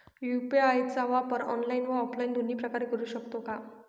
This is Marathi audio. यू.पी.आय चा वापर ऑनलाईन व ऑफलाईन दोन्ही प्रकारे करु शकतो का?